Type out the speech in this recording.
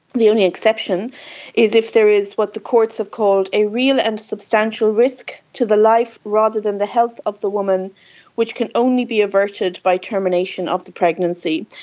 the only exception is if there is what the courts have called a real and substantial risk to the life rather than the health of the woman which can only be averted by termination of the pregnancy.